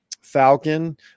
Falcon